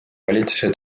valitsuse